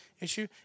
issue